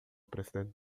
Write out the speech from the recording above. presidente